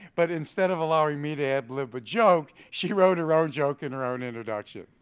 but instead of allowing me to ad lib a joke, she wrote her own joke in her own introduction.